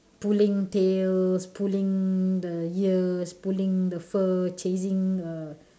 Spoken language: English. pulling tails pulling the ears pulling the fur chasing a